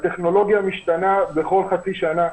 הטכנולוגיה משתנה בכל חצי שנה.